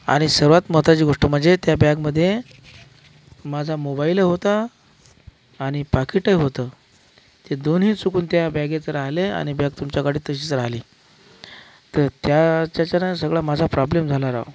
आणि सर्वात महत्वाची गोष्ट म्हणजे त्या बॅगमध्येमाझा मोबाईलही होता आणि पाकीटही होतं ते दोन्ही चुकून त्या बॅगेत राहिले आणि बॅग तुमच्या गाडीत तशीच राहिली तर त्या त्याच्यानं माझा सगळा प्रॉब्लेम झाला राव